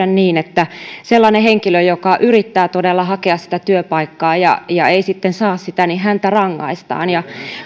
niin että sellaista henkilöä joka yrittää todella hakea sitä työpaikkaa ja ja ei sitten saa sitä rangaistaan